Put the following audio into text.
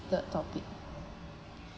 topic